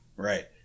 Right